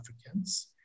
Africans